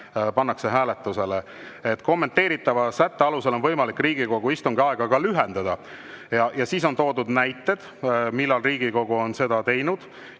pannakse hääletusele. "Kommenteeritava sätte alusel on võimalik Riigikogu istungi aega ka lühendada." Siis on toodud näited, millal Riigikogu on seda teinud,